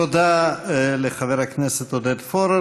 תודה לחבר הכנסת עודד פורר.